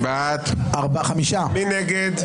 מי נגד?